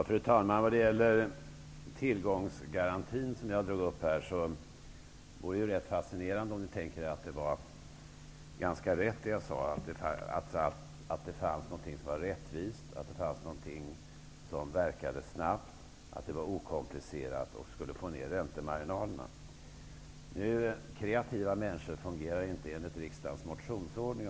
Fru talman! Vad gäller tillgångsgarantin som jag tog upp här, vore det ganska fascinerande om man tänker sig att det var ganska rätt som jag sade, att det fanns någonting som var rättvist, att det fanns någonting som verkade snabbt, att det var okomplicerat och som skulle få ned räntemarginalerna. Kreativa människor fungerar inte enligt riksdagens motionsförordning.